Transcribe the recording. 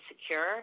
secure